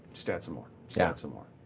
just add some more. just add some more.